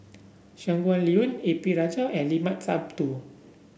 Shangguan Liuyun A P Rajah and Limat Sabtu